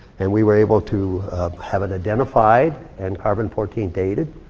and we were able to have it identified, and carbon fourteen dated.